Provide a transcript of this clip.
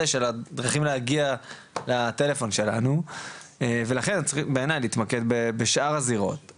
של הדרכים להגיע לטלפון שלנו ולכן בעיני צריכים להתמקד בשאר הזירות,